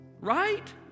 right